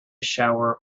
shower